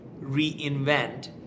reinvent